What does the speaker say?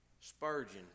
Spurgeon